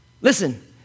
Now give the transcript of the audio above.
Listen